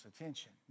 attention